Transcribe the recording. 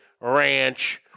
ranch